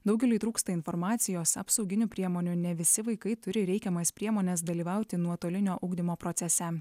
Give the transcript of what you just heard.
daugeliui trūksta informacijos apsauginių priemonių ne visi vaikai turi reikiamas priemones dalyvauti nuotolinio ugdymo procese